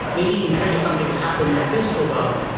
maybe you can trigger something to happen in the physical world,